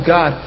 God